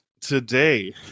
today